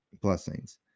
blessings